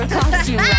costume